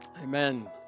Amen